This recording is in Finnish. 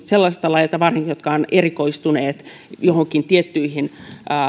sellaisilta lajeilta jotka ovat erikoistuneet joihinkin tiettyihin